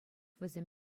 вӗсем